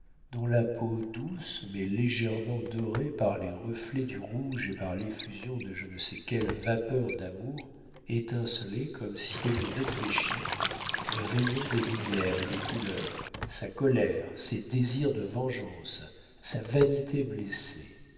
dont la peau douce mais légèrement dorée par les reflets du rouge et par l'effusion de je ne sais quelle vapeur d'amour étincelait comme si elle eût réfléchi les rayons des lumières et des couleurs sa colère ses désirs de vengeance sa vanité blessée